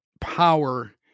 power